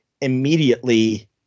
immediately